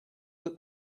that